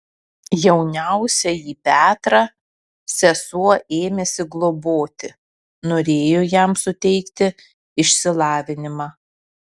jauniausiąjį petrą sesuo ėmėsi globoti norėjo jam suteikti išsilavinimą